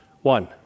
one